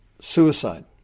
suicide